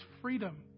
freedom